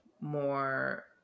more